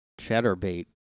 Chatterbait